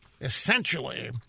essentially